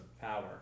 power